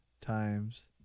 times